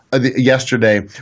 yesterday